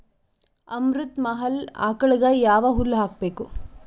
ಅಮೃತ ಮಹಲ್ ಆಕಳಗ ಯಾವ ಹುಲ್ಲು ಹಾಕಬೇಕು?